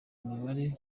mibare